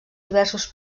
diversos